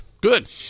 Good